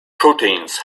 proteins